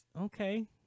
okay